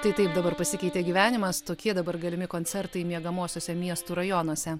tai taip dabar pasikeitė gyvenimas tokie dabar galimi koncertai miegamuosiuose miestų rajonuose